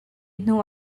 hnu